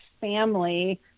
family